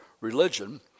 religion